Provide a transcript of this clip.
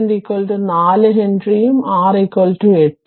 അതിനാൽ Leq 4 ഹെൻറിയും R 8